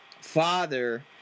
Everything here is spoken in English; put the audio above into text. father